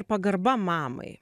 pagarba mamai